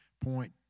point